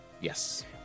yes